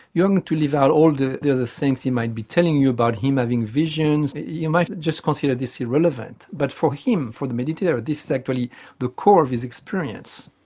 to leave out all the the other things he might be telling you about him having visions, you might just consider this irrelevant, but for him, for the meditator, this is actually the core of his experience.